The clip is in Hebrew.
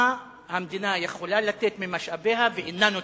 מה המדינה יכולה לתת ממשאביה ואינה נותנת.